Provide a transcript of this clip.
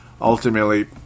Ultimately